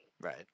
Right